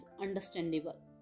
understandable